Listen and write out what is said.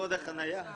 ועוד החניה.